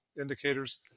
indicators